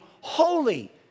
holy